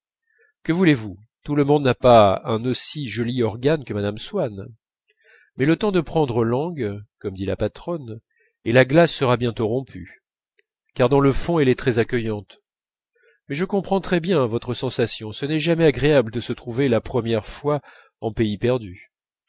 que voulez-vous tout le monde n'a pas un aussi joli organe que mme swann mais le temps de prendre langue comme dit la patronne et la glace sera bientôt rompue car dans le fond elle est très accueillante mais je comprends très bien votre sensation ce n'est jamais agréable de se trouver la première fois en pays perdu